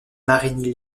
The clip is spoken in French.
marigny